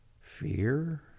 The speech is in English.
fear